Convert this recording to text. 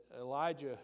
Elijah